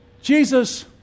Jesus